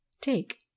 TAKE